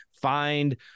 find